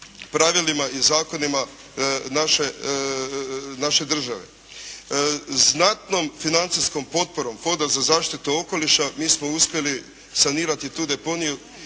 pravilima i zakonima naše države. Znatnom financijskom potporom Fonda za zaštitu okoliša mi smo uspjeli sanirati tu deponiju.